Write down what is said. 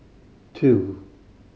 two